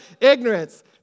ignorance